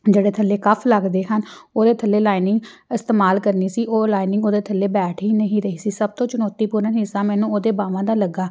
ਜਿਹੜੇ ਥੱਲੇ ਕੱਫ ਲੱਗਦੇ ਹਨ ਉਹਦੇ ਥੱਲੇ ਲਾਈਨਿੰਗ ਇਸਤੇਮਾਲ ਕਰਨੀ ਸੀ ਉਹ ਲਾਈਨਿੰਗ ਉਹਦੇ ਥੱਲੇ ਬੈਠ ਹੀ ਨਹੀਂ ਰਹੀ ਸੀ ਸਭ ਤੋਂ ਚੁਣੌਤੀਪੂਰਨ ਹਿੱਸਾ ਮੈਨੂੰ ਉਹਦੇ ਬਾਹਵਾਂ ਦਾ ਲੱਗਾ